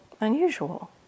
unusual